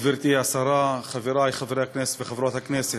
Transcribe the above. גברתי השרה, חברי חברי הכנסת וחברות הכנסת,